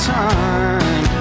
time